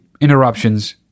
interruptions